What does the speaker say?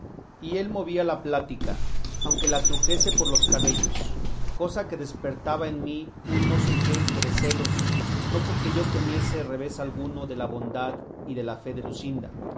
y él movía la plática aunque la trujese por los cabellos cosa que despertaba en mí un no sé qué de celos no porque yo temiese revés alguno de la bondad y de la fe de luscinda